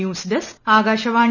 news desk Akashvani